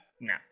No